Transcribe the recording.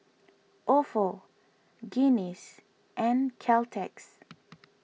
Ofo Guinness and Caltex